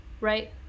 right